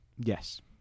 Yes